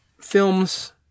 films